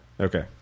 Okay